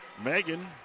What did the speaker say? Megan